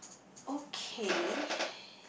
okay